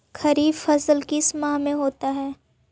खरिफ फसल किस माह में होता है?